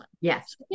Yes